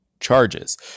charges